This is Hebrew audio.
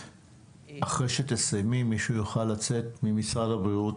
אחרי שתסיימי מישהו יוכל לצאת החוצה ממשרד הבריאות,